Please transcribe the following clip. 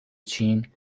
چین